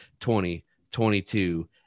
2022